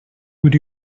would